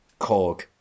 Korg